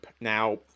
Now